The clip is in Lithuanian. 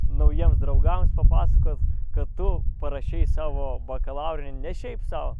naujiems draugams papasakot kad tu parašei savo bakalaurinį ne šiaip sau